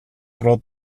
pro